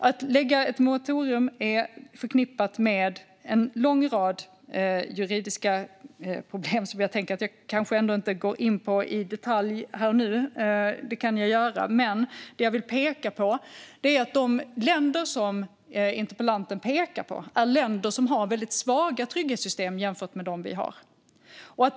Att lägga ett moratorium är förknippat med en lång rad juridiska problem som jag inte ska gå in på i detalj här och nu. Jag vill dock peka på att de länder som interpellanten nämner har väldigt svaga trygghetssystem jämfört med våra.